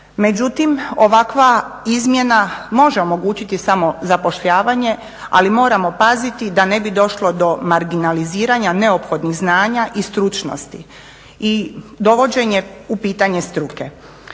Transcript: Međutim, ovakva izmjena može omogućiti samo zapošljavanje, ali moramo paziti da ne bi došlo do marginaliziranja neophodnih znanja i stručnosti i dovođenje u pitanje struke.